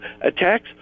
attacks